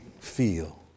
feel